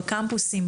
בקמפוסים,